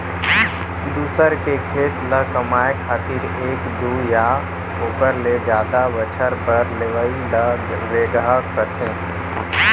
दूसर के खेत ल कमाए खातिर एक दू या ओकर ले जादा बछर बर लेवइ ल रेगहा कथें